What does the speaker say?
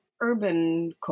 urban